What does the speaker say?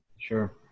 sure